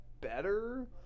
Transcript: better